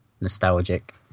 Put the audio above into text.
nostalgic